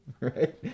right